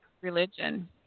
religion